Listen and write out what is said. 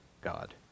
God